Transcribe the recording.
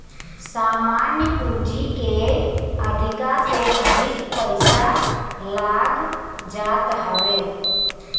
सामान्य पूंजी के अधिका से अधिक पईसा लाग जात हवे